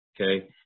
okay